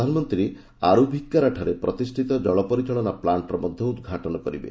ପ୍ରଧାନମନ୍ତ୍ରୀ ଆରୁଭିକ୍କାରାଠାରେ ପ୍ରତିଷ୍ଠିତ ଜଳପରିଚାଳନା ପ୍ଲାଷ୍ଟର ମଧ୍ୟ ଉଦ୍ଘାଟନ କରିବେ